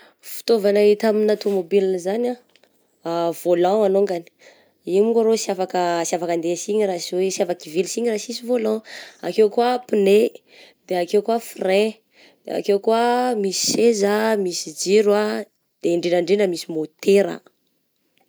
Fitaovagna hita amigna tomobile zany ah, volan alongany, igny monko arô sy afaka sy afaka handeha sina raha sy hoe sy afaky hivily sina raha sisy volan, akeo koa pne, de akeo koa frein, de akeo koa misy seza, misy jiro ah ,de indrindra misy môtera.